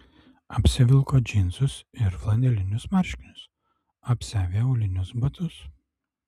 apsivilko džinsus ir flanelinius marškinius apsiavė aulinius batus